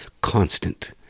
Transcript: constant